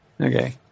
Okay